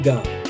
God